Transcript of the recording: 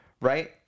right